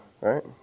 right